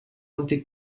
antic